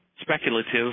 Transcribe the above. speculative